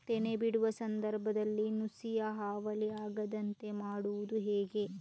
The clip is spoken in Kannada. ತೆನೆ ಬಿಡುವ ಸಂದರ್ಭದಲ್ಲಿ ನುಸಿಯ ಹಾವಳಿ ಆಗದಂತೆ ಮಾಡುವುದು ಹೇಗೆ?